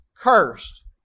cursed